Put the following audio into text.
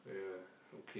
yeah okay